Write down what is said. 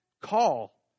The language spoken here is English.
call